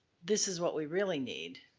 this is what we really need